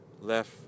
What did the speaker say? left